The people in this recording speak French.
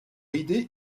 idée